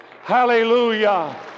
Hallelujah